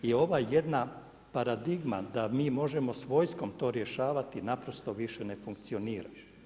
I ova jedna paradigma da mi možemo s vojskom to rješavati naprosto više ne funkcionira.